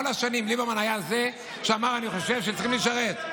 כל השנים ליברמן היה זה שאמר: אני חושב שצריך לשרת.